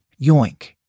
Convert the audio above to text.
Yoink